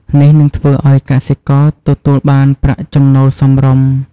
នេះនឹងធ្វើឱ្យកសិករទទួលបានប្រាក់ចំណូលសមរម្យ។